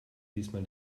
diesmal